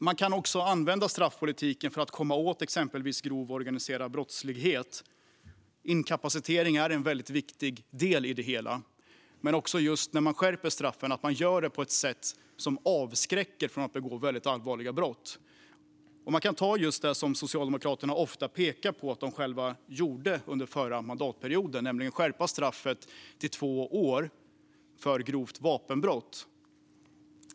Man kan också använda straffpolitiken för att komma åt exempelvis grov organiserad brottslighet. Inkapacitering är en väldigt viktig del i det hela, men också att skärpa straffen på ett sätt som avskräcker från att begå väldigt allvarliga brott. Ett exempel är något som Socialdemokraterna ofta pekar på att de själva gjorde under förra mandatperioden, nämligen att skärpa straffet till två år för grovt vapenbrott.